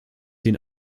den